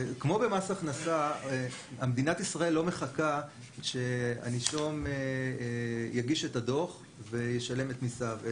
כמו במס הכנסה מדינת ישראל לא מחכה שהנישום יגיש את הדוח וישלם את מסיו,